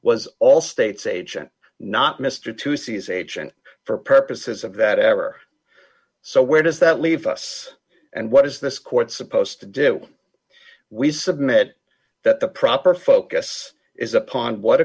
was allstate's agent not mr tuesday's agent for purposes of that ever so where does that leave us and what is this court supposed to do we submit that the proper focus is upon what